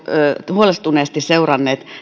huolestuneesti seuranneet